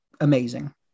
amazing